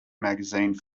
magazine